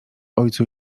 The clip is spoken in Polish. ojcu